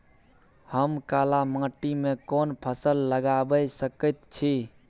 हम काला माटी में कोन फसल लगाबै सकेत छी?